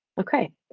Okay